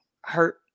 hurt